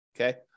Okay